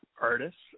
artists –